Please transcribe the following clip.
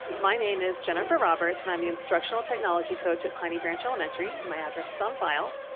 my name is jennifer roberts and i'm the instructional technology coach at piney branch elementary. my address is on file.